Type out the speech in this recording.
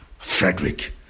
Frederick